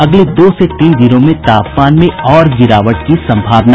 अगले दो से तीन दिनों में तापमान में और गिरावट की सम्भावना